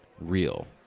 real